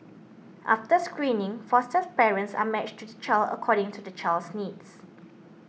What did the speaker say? after screening foster parents are matched to the child according to the child's needs